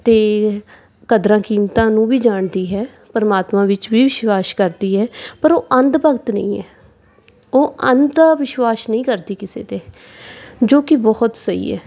ਅਤੇ ਕਦਰਾਂ ਕੀਮਤਾਂ ਨੂੰ ਵੀ ਜਾਣਦੀ ਹੈ ਪਰਮਾਤਮਾ ਵਿੱਚ ਵੀ ਵਿਸ਼ਵਾਸ ਕਰਦੀ ਹੈ ਪਰ ਉਹ ਅੰਧ ਭਗਤ ਨਹੀਂ ਹੈ ਉਹ ਅੰਧ ਵਿਸ਼ਵਾਸ਼ ਨਹੀਂ ਕਰਦੀ ਕਿਸੇ 'ਤੇ ਜੋ ਕਿ ਬਹੁਤ ਸਹੀ ਹੈ